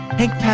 Hank